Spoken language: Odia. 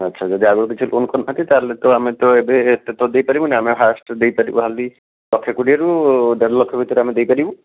ଆଚ୍ଛା ଯଦି ଆଗରୁ କିଛି ଲୋନ କରିନାହାନ୍ତି ତା'ହେଲେ ତ ଆମେ ତ ଏବେ ଏତେ ତ ଦେଇପାରିବୁନି ଆମେ ହାଏଷ୍ଟ ଦେଇପାରିବୁ ହାର୍ଡ଼ଲି ଲକ୍ଷେ କୋଡ଼ିଏରୁ ଦେଢ଼ଲକ୍ଷ ଭିତରେ ଆମେ ଦେଇପାରିବୁ